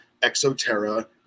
ExoTerra